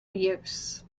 use